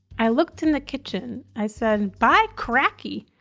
i looked in the kitchen. i said, by cracky!